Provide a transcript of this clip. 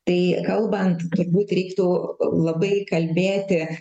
tai kalbant turbūt reiktų labai kalbėti